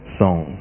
song